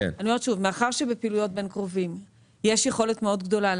מאחר שבפעילויות בין קרובים יש יכולת גדולה מאוד